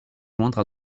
joindre